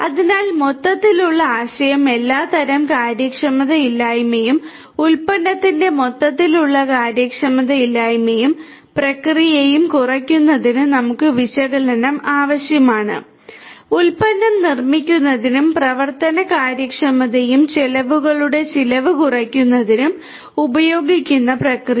അതിനാൽ മൊത്തത്തിലുള്ള ആശയം എല്ലാത്തരം കാര്യക്ഷമതയില്ലായ്മയും ഉൽപ്പന്നത്തിന്റെ മൊത്തത്തിലുള്ള കാര്യക്ഷമതയില്ലായ്മയും പ്രക്രിയയും കുറയ്ക്കുന്നതിന് നമുക്ക് വിശകലനം ആവശ്യമാണ് ഉൽപ്പന്നം നിർമ്മിക്കുന്നതിനും പ്രവർത്തന കാര്യക്ഷമതയും ചെലവുകളുടെ ചെലവ് കുറയ്ക്കുന്നതിനും ഉപയോഗിക്കുന്ന പ്രക്രിയ